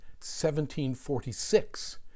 1746